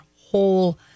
whole